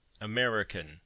american